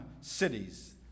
cities